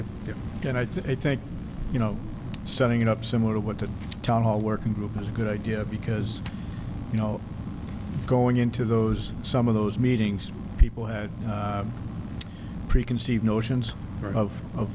you and i think you know setting up similar to what the town hall working group is a good idea because you know going into those some of those meetings people have preconceived notions of of